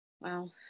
Wow